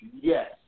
Yes